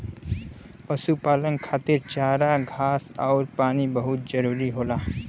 पशुपालन खातिर चारा घास आउर पानी बहुत जरूरी होला